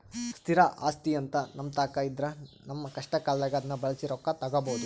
ಸ್ಥಿರ ಆಸ್ತಿಅಂತ ನಮ್ಮತಾಕ ಇದ್ರ ನಮ್ಮ ಕಷ್ಟಕಾಲದಾಗ ಅದ್ನ ಬಳಸಿ ರೊಕ್ಕ ತಗಬೋದು